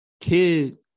kid